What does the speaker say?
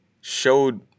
showed